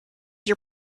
your